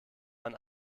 man